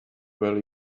will